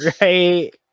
Right